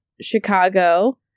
Chicago